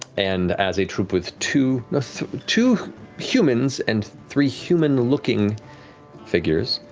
and as a troop with two ah two humans and three human-looking figures,